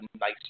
nice